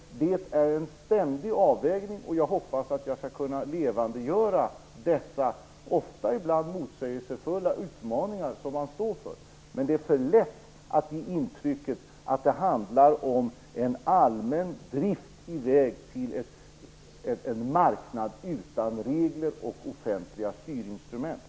Det är en ständig avvägning. Jag hoppas att jag skall kunna levandegöra dessa, ibland motsägelsefulla, utmaningar som man står inför. Men det är för lätt att ge intrycket att det handlar om en allmän drift i väg till en marknad utan regler och offentliga styrinstrument.